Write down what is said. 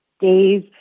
days